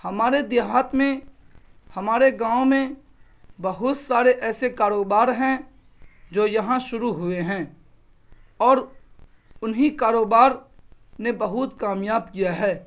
ہمارے دیہات میں ہمارے گاؤں میں بہت سارے ایسے کاروبار ہیں جو یہاں شروع ہوئے ہیں اور انہیں کاروبار نے بہت کامیاب کیا ہے